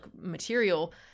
material